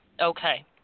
Okay